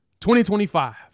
2025